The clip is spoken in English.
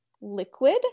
liquid